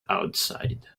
outside